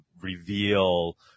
reveal